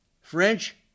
French